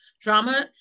drama